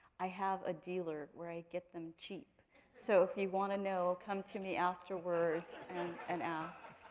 i have a dealer where i get them cheap so if you want to know, come to me afterwards and and ask.